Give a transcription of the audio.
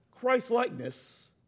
Christ-likeness